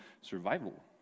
survival